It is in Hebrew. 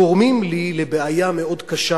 גורמים לי לבעיה מאוד קשה,